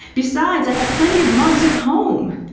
besides, i have plenty of mugs at home.